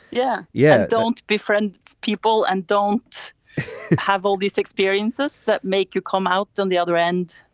yeah. yeah. don't befriend people and don't have all these experiences that make you come out on the other end.